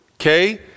okay